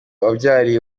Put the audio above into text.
wabyariye